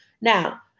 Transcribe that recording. Now